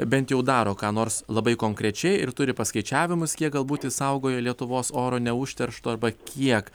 bent jau daro ką nors labai konkrečiai ir turi paskaičiavimus kiek galbūt išsaugojo lietuvos oro neužteršto arba kiek